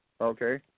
Okay